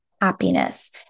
happiness